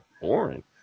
boring